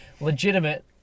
legitimate